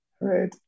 right